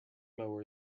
mower